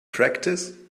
practice